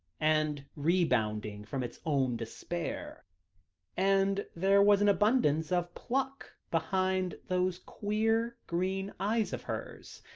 and rebounding from its own despair and there was an abundance of pluck behind those queer, green eyes of hers,